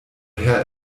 herr